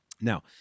Now